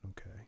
Okay